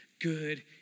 Good